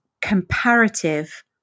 comparative